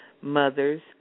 Mother's